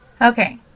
Okay